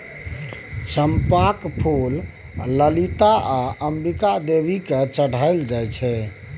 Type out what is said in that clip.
चंपाक फुल ललिता आ अंबिका देवी केँ चढ़ाएल जाइ छै